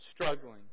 struggling